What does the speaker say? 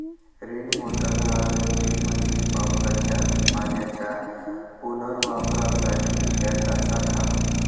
rain water harvesting म्हणजे पावसाच्या पाण्याच्या पुनर्वापरासाठी त्याचा साठा